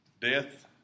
Death